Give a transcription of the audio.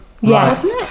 Yes